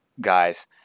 guys